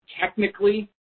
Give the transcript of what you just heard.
Technically